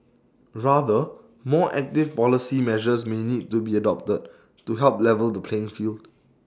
rather more active policy measures may need to be adopted to help level the playing field